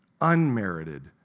unmerited